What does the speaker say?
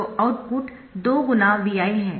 तो आउटपुट 2 गुना Vi है